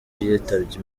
yitabye